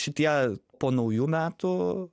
šitie po naujų metų